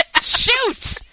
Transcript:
Shoot